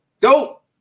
dope